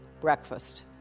breakfast